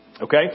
Okay